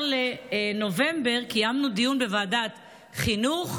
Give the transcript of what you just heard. ב-15 בנובמבר קיימנו דיון בוועדת החינוך,